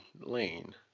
lane